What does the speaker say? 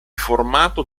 formato